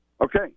Okay